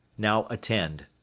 now attend.